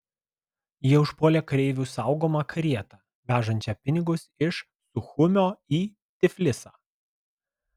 jie užpuolė kareivių saugomą karietą vežančią pinigus iš suchumio į tiflisą